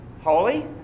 Holy